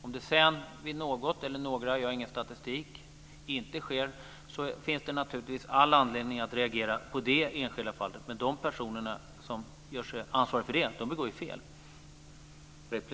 Om detta sedan inte sker vid något eller några tillfällen - jag har ingen statistik - finns det naturligtvis all anledning att reagera i det enskilda fallet. De personer som ansvarar för detta begår ju ett fel.